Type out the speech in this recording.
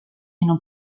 non